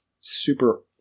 super